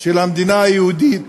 של המדינה היהודית,